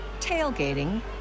tailgating